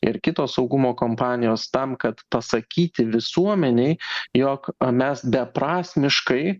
ir kitos saugumo kompanijos tam kad pasakyti visuomenei jog mes beprasmiškai